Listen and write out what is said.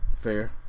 fair